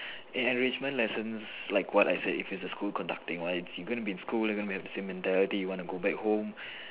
in enrichment lessons like what I said if it's a school conducting one it's you're gonna be in school you're gonna have the same mentality you're gonna go back home